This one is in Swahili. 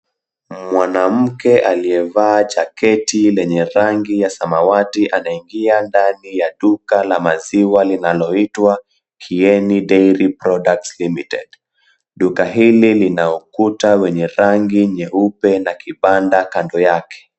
Mwanamke aliyevaa jaketi lenye rangi ya samawati anaingia ndani ya duka la maziwa linaloitwa, Kieni Dairy Products Limited. Duka hili lina ukuta wenye rangi nyeupe na kibanda kando yake.